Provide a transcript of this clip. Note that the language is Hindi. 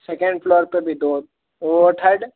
सेकेंड फ्लोर का भी दो वो थर्ड